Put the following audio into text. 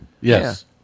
Yes